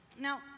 Now